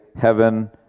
heaven